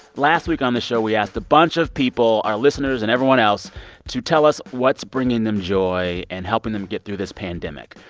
last week on the show, we asked a bunch of people, our listeners and everyone else to tell us what's bringing them joy and helping them get through this pandemic.